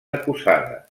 acusada